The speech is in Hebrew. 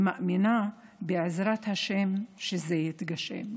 אני מאמינה בעזרת השם שזה יקרה.